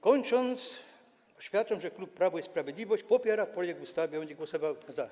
Kończąc, oświadczam, że klub Prawo i Sprawiedliwość popiera projekt ustawy i będzie głosował za.